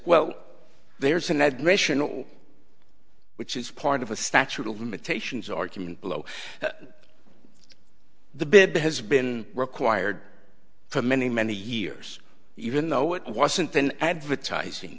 well there's an admission or which is part of a statute of limitations argument below the bid that has been required for many many years even though it wasn't an advertising